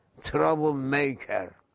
troublemaker